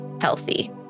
healthy